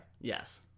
Yes